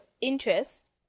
interest